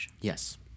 Yes